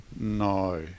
No